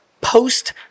Post